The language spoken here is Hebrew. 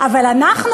אבל אנחנו,